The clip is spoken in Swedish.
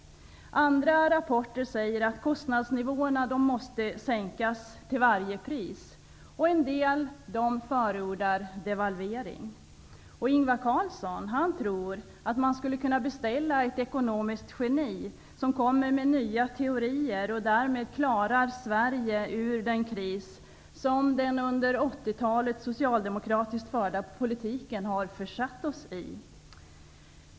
Andra rapporter säger att kostnadsnivåerna till varje pris måste sänkas, och en del förordar devalvering. Ingvar Carlsson tror att man kan beställa ett ekonomiskt geni som kommer med nya teorier och därmed klarar Sverige ur den kris som den under 80-talet förda socialdemokratiska politiken har försatt oss i.